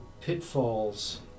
pitfalls